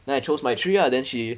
then I chose my three ah then she